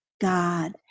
God